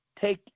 take